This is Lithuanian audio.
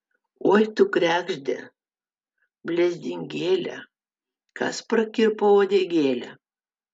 oi tu kregžde blezdingėle kas prakirpo uodegėlę